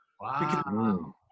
Wow